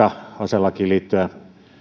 aselakiin liittyen